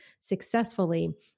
successfully